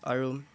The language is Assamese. আৰু